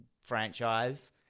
franchise